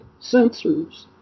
sensors